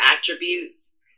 attributes